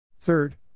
Third